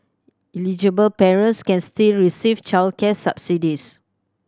eligible parents can still receive childcare subsidies